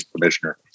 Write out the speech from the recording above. commissioner